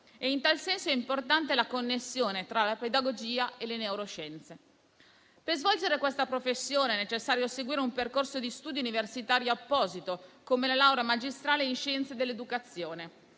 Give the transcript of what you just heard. In tal senso è importante la connessione tra la pedagogia e le neuroscienze. Per svolgere questa professione è necessario seguire un percorso di studi universitario apposito come la laurea magistrale in scienze dell'educazione.